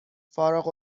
فارغ